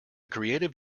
creative